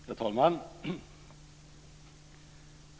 Herr talman!